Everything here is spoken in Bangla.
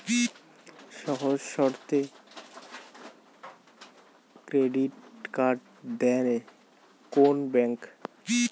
সহজ শর্তে ক্রেডিট কার্ড দেয় কোন ব্যাংক?